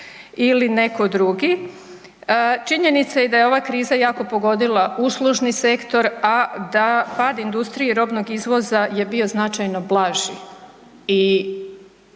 ili neko drugi. Činjenica je da je ova kriza jako pogodila uslužni sektor, a da pad industrije i robnog izvoza je bio značajno blaži.